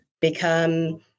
Become